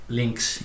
links